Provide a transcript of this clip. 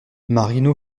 marino